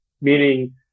meaning